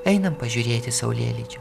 einam pažiūrėti saulėlydžio